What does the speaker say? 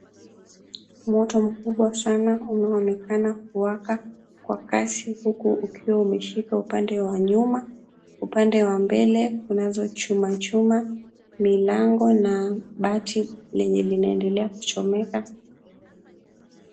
Moto mkubwa sana unaonekana kuwaka kwa kasi huku ukiwa umeshika upande wa nyuma. Upande wa mbele kunazo chuma chuma, milango na bati lenye linaendelea kuchomeka.